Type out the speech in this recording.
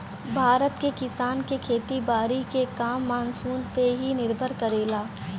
भारत के किसान के खेती बारी के काम मानसून पे ही निर्भर करेला